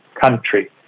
country